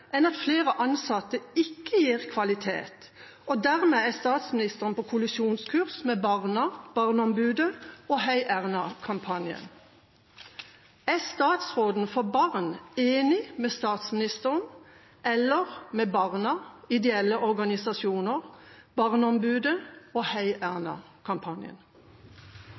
enn at flere ansatte ikke gir kvalitet, og dermed er statsministeren på kollisjonskurs med barna, Barneombudet og #heierna-kampanjen. Er statsråden for barn enig med statsministeren eller med barna, ideelle organisasjoner, Barneombudet og